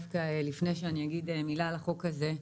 לפני שאני אגיד מילה על החוק הזה,